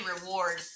reward